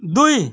दुई